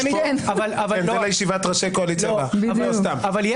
זה לישיבת ראשי הקואליציה הבאה...